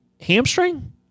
hamstring